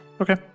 Okay